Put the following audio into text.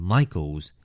Michael's